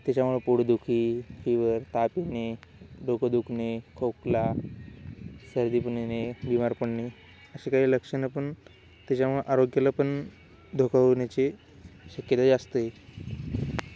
त्याच्यामुळं पोटदुखी फीवर ताप येणे डोकं दुखणे खोकला सर्दी पण येणे बीमार पडणे असे काही लक्षण पण त्याच्यामुळं आरोग्याला पण धोका होण्या्ची शक्यता जास्त आहे